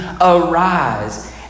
arise